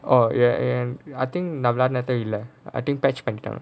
oh ya ya I think நான் விளையாடுனதே இல்ல:naan vilaiyaadunathae illa I think touch control